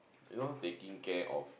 you not taking care of